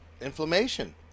inflammation